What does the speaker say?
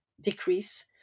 decrease